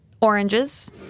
Oranges